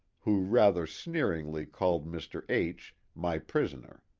who rather sneeringly called mr. h my prisoner.